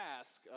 ask